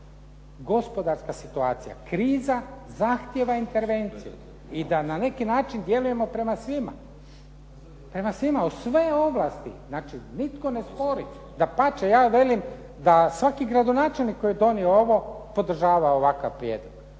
gospodarska situacija, kriza zahtjeva intervenciju i da na neki način djelujemo prema svima u sve ovlasti. Znači nitko ne spori, dapače ja velim da svaki gradonačelnik koji je donio ovom podržava ovakav prijedlog.